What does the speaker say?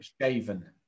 shaven